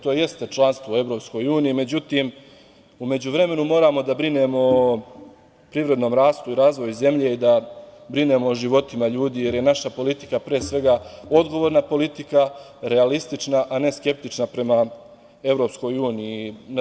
To jeste članstvo u Evropskoj uniji, međutim u međuvremenu moramo da brinemo o privrednom rastu i razvoju zemlje i da brinemo o životima ljudi, jer je naša politika pre svega odgovorna politika, realistična, a ne skeptična prema Evropskoj uniji.